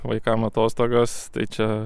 vaikam atostogos tai čia